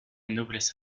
noblesse